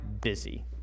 busy